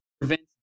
prevents